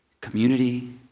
community